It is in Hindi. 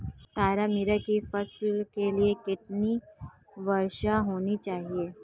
तारामीरा की फसल के लिए कितनी वर्षा होनी चाहिए?